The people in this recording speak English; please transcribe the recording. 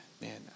Man